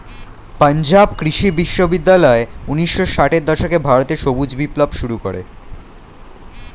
পাঞ্জাব কৃষি বিশ্ববিদ্যালয় ঊন্নিশো ষাটের দশকে ভারতে সবুজ বিপ্লব শুরু করে